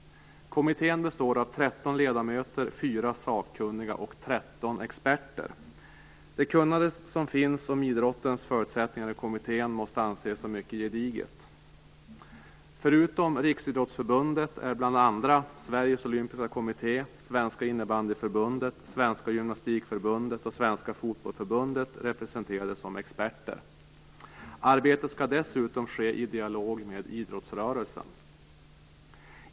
Kommittén består av 13 ledamöter, 4 sakkunniga och 13 experter. Det kunnande som finns i kommittén om idrottens förutsättningar måste anses som mycket gediget. Förutom Gymnastikförbundet och Svenska Fotbollförbundet representerade som experter. Arbetet skall dessutom ske i dialog med idrottsrörelsen.